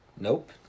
nope